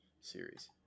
series